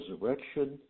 resurrection